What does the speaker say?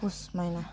पुस महिना